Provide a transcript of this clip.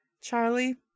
Charlie